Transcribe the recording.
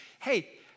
Hey